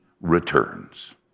returns